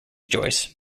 joyce